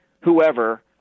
whoever